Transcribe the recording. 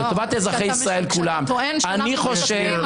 לטובת אזרחי ישראל כולם --- כשאתה טוען שאנחנו משקרים,